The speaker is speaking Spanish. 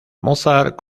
mozart